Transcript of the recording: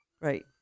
Right